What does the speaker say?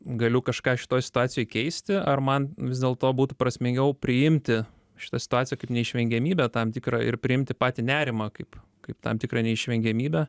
galiu kažką šitoj situacijoj keisti ar man vis dėlto būtų prasmingiau priimti šitą situaciją kaip neišvengiamybę tam tikrą ir priimti patį nerimą kaip kaip tam tikrą neišvengiamybę